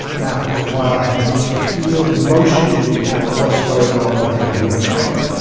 and after a while he begins to feel emotionally what is going on with him in the restaurant,